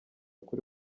kuri